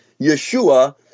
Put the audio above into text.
Yeshua